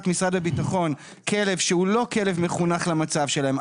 משרד הביטחון כלב שהוא לא כלב מחונך למצב שלהם,